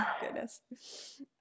goodness